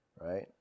right